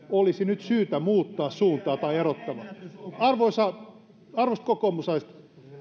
olisi syytä muuttaa suuntaa tai erottava arvoisat kokoomuslaiset